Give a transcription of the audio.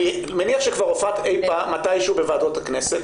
אני מניח שכבר הופעת מתי שהוא בוועדות הכנסת,